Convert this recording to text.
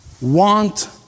want